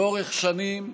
לאורך שנים,